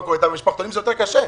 אבל במשפחתונים זה יותר קשה.